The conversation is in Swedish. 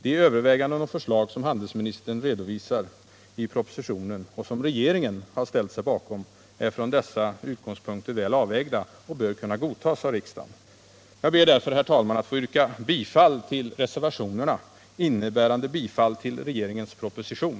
De överväganden och förslag som handelsministern redovisar i propositionen och som regeringen har ställt sig bakom, är från dessa utgångspunkter väl avvägda och bör kunna godtas av riksdagen. Jag ber därför, herr talman, att få yrka bifall till reservationerna, innebärande bifall till regeringens proposition.